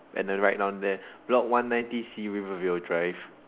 and then write down there block one ninety sea rivervale drive